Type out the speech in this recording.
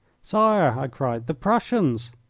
sire! i cried, the prussians!